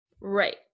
Right